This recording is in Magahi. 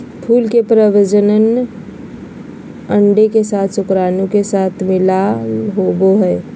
फूल के प्रजनन अंडे के साथ शुक्राणु के साथ मिलला होबो हइ